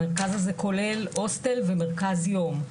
המרכז הזה כולל הוסטל ומרכז יום.